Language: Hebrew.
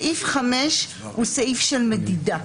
סעיף 5 הוא סעיף של מדידה,